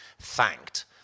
thanked